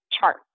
chart